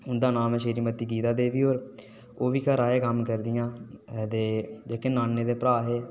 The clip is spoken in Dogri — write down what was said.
हुंदा नाम ऐ श्रीमती गीता देवी होर ओह् बी घरा दा गै कम्म करदियां ते जेह्के नाना दे भ्राऽ हे